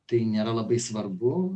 tai nėra labai svarbu